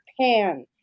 pan